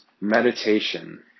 meditation